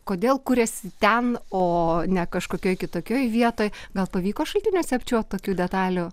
kodėl kuriasi ten o ne kažkokioj kitokioj vietoj gal pavyko šaltiniuose apčiuopt tokių detalių